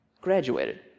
graduated